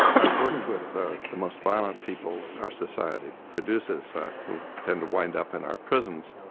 i've worked with the the most violent people our society produces who tend to wind up in our prisons.